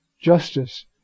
justice